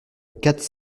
quatre